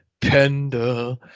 Panda